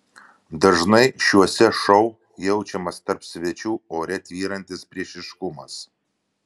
dažnai šiuose šou jaučiamas tarp svečių ore tvyrantis priešiškumas